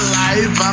life